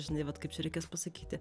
žinai vat kaip čia reikės pasakyti